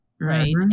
Right